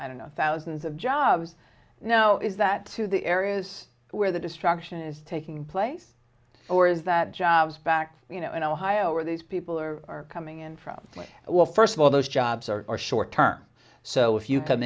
i don't know thousands of jobs now is that the areas where the destruction is taking place or is that jobs back you know in ohio or are these people are coming in from well first of all those jobs are short term so if you come